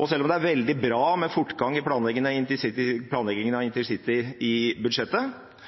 Og selv om det er veldig bra med fortgang i planleggingen av intercity i budsjettet, er det ikke planlagt oppstart av et eneste nytt jernbaneprosjekt i